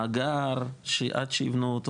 כי את המאגר שעד שיבנו אותו,